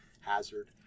hazard